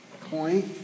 point